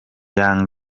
young